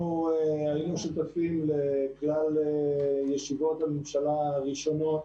אנחנו היינו שותפים לכלל ישיבות הממשלה הראשונות,